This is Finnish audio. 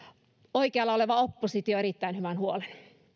oikealla oleva oppositio erittäin hyvän huolen